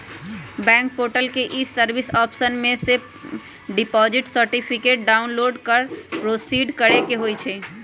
bank portal के e service option में से डिपॉजिट सर्टिफिकेट डाउनलोड कर प्रोसीड करेके होइ छइ